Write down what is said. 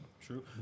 True